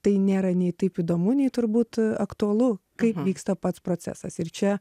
tai nėra nei taip įdomu nei turbūt aktualu kaip vyksta pats procesas ir čia